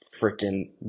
freaking